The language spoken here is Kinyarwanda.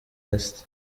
east